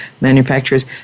manufacturers